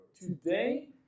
Today